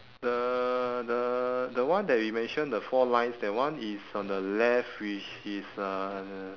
the the the one that we mention the four lines that one is on the left which is uh